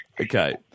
Okay